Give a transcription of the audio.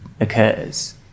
occurs